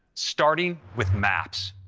starting with maps.